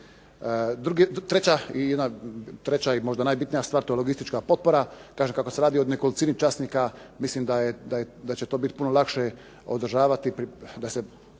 Treća i možda najbitnija stvar to je logistička potpora, kaže, kako se radi o nekolicini časnika, mislim da će to biti puno lakše održavati, puno